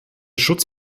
schutz